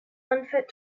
unfit